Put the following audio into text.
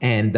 and